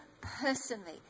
personally